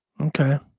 Okay